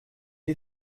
est